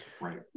right